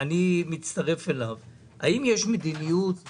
האם יש מדיניות אצלך,